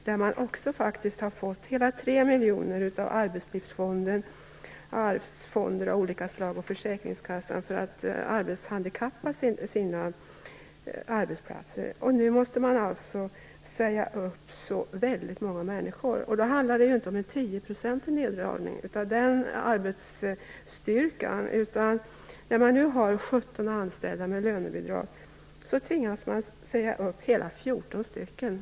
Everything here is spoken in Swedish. Där har man faktiskt fått hela 3 miljoner av Arbetslivsfonden, arvsfonder av olika slag och försäkringskassan för att handikappanpassa arbetsplatserna, och nu måste man alltså säga upp så väldigt många människor. Det handlar ju inte om någon tioprocentig neddragning av arbetsstyrkan, utan av 17 anställda med lönebidrag tvingas man säga upp hela 14 stycken.